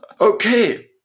okay